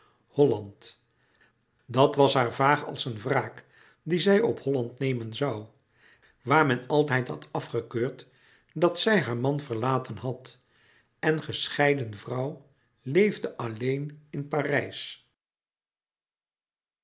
dat was haar vaag als een wraak die zij op holland nemen zoû waar men altijd had afgekeurd dat zij haar man verlaten had en gescheiden vrouw leefde alleen in parijs